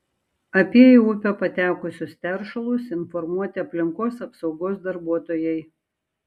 apie į upę patekusius teršalus informuoti aplinkos apsaugos darbuotojai